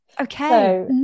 Okay